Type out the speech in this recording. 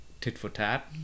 tit-for-tat